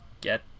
Get